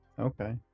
Okay